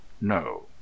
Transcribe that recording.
No